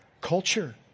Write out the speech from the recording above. culture